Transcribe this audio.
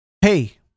Hey